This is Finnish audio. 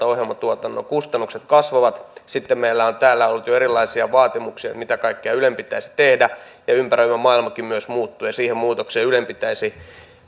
ohjelmatuotannon kustannukset kasvavat sitten meillä on täällä ollut jo erilaisia vaatimuksia mitä kaikkea ylen pitäisi tehdä ja ympäröivä maailmakin myös muuttuu ja siihen muutokseen ylen pitäisi